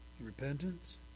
Repentance